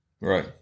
right